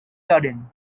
garden